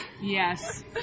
Yes